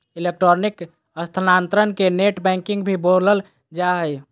electronic स्थानान्तरण के net banking भी बोलल जा हइ